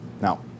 Now